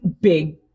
big